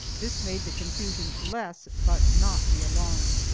this made the confusion less, but not the alarm.